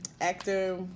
actor